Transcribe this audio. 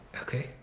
Okay